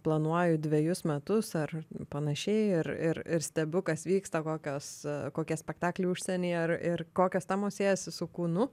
planuoju dvejus metus ar panašiai ir ir ir stebiu kas vyksta kokios kokie spektakliai užsienyje ar ir kokios temos siejasi su kūnu